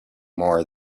more